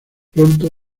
pronto